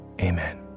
amen